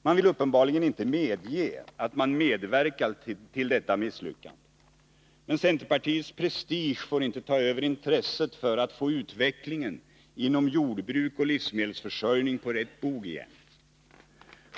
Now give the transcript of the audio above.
Man vill uppenbarligen inte medge att man medverkat till detta misslyckande. Men centerpartiets prestige får inte ta över intresset för att få utvecklingen inom jordbruk och livsmedelsförsörjning på rätt bog igen.